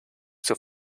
zur